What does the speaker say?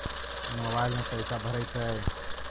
Mobile में पैसा भरैतैय?